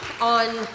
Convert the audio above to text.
on